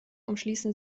umschließen